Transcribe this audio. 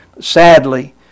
Sadly